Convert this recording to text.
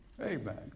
Amen